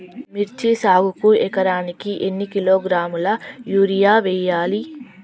మిర్చి సాగుకు ఎకరానికి ఎన్ని కిలోగ్రాముల యూరియా వేయాలి?